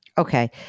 Okay